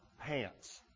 pants